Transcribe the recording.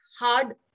hard